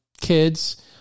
kids